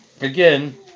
again